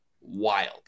wild